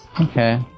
Okay